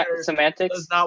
semantics